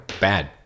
Bad